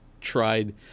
tried